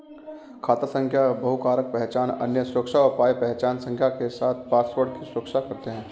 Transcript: खाता संख्या बहुकारक पहचान, अन्य सुरक्षा उपाय पहचान संख्या के साथ पासवर्ड की सुरक्षा करते हैं